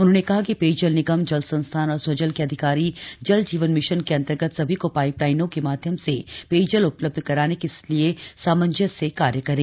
उन्होंने कहा कि पेयजल निगम जल संस्थान और स्वजल के अधिकारी जल जीवन मिशन के अन्तर्गत सभी को पाइपलाइनों के माध्यम से पेयजल उपलब्ध कराने के लिए सामन्जस्य से कार्य करें